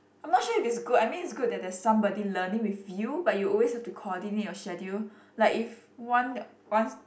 I'm not sure if it's good I mean it's good that there is somebody learning with you but you always have to coordinate your schedule like if one wants